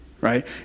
Right